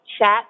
chat